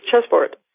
chessboard